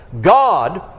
God